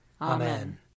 Amen